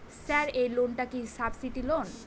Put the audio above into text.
Sir এই loan কি subsidy loan?